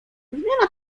zmiana